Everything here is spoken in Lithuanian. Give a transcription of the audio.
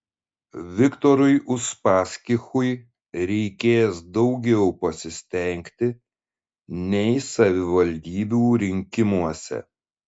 viktorui uspaskichui reikės daugiau pasistengti nei savivaldybių rinkimuose